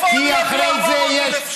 אחרי זה יש, איזו חוצפה זאת?